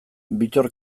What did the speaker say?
bittor